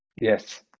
yes